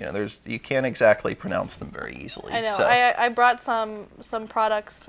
you know there's you can't exactly pronounce them very easily and so i brought some products